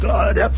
God